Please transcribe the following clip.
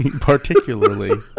Particularly